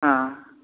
हॅं